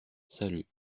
salut